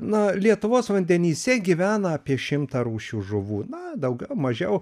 na lietuvos vandenyse gyvena apie šimtą rūšių žuvų na daugiau mažiau